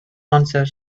answer